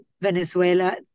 Venezuela